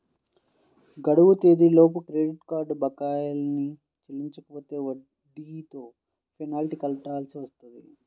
గడువు తేదీలలోపు credit card బకాయిల్ని చెల్లించకపోతే వడ్డీతో పెనాల్టీ కట్టాల్సి వత్తది